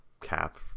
cap